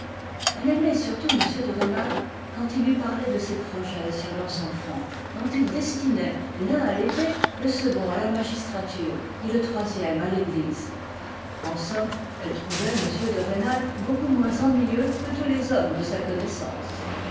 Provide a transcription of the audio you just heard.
elle aimait surtout m de rênal quand il lui parlait de ses projets sur leurs enfants dont il destinait l'un à l'épée le second à la magistrature et le troisième à l'église en somme elle trouvait m de rênal beaucoup moins ennuyeux que tous les hommes de sa connaissance